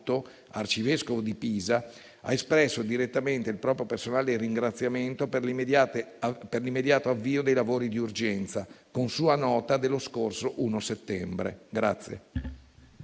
Arcivescovo di Pisa, ha espresso direttamente il proprio personale ringraziamento per l'immediato avvio dei lavori di urgenza con sua nota dello scorso 1° settembre.